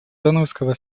донорского